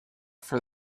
for